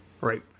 Right